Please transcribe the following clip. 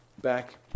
back